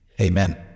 amen